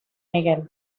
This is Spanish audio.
miguel